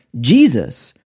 Jesus